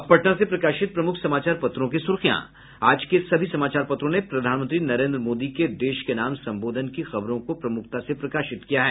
अब पटना से प्रकाशित प्रमुख समाचार पत्रों की सुर्खियां आज के सभी समाचार पत्रों ने प्रधानमंत्री नरेन्द्र के देश के नाम संबोधन की खबरों को प्रमुखता से प्रकाशित किया है